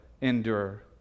endure